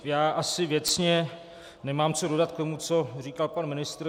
Já asi věcně nemám co dodat k tomu, co říkal pan ministr.